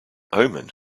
omen